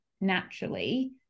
naturally